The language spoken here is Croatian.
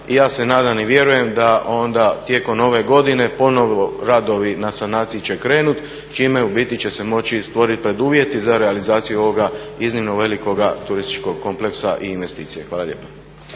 i ja se nadam i vjerujem da onda tijekom ove godine ponovi radovi na sanaciji će krenuti čime će se u biti moći stvoriti preduvjeti za realizaciju ovoga iznimno velikoga turističkog kompleksa i investicije. Hvala lijepa.